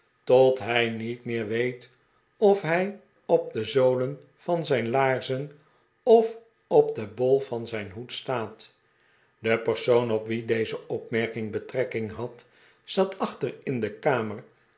tot hij niet meer weet of hij op de zolen van zijn laarzen of op den bol van zijn hoed staat de persoon op wien deze opmerking betrekking had zat achter in de kamer